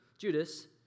Judas